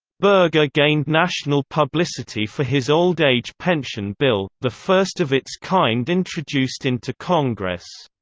berger gained national publicity for his old-age pension bill, the first of its kind introduced into congress.